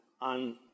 on